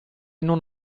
non